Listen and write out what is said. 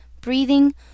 breathing